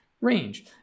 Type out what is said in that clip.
range